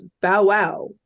bow-wow